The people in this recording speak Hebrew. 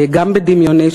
גם בדמיוני,